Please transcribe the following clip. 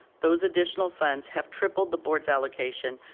those additional funds have tripled the board's allocation,